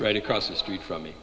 right across the street from me